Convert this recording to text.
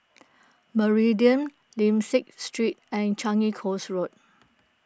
Meridian Lim Liak Street and Changi Coast Road